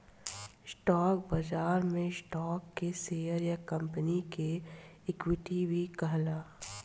stock बाजार में stock के शेयर या कंपनी के इक्विटी भी कहाला